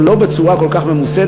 אבל לא בצורה כל כך ממוסדת,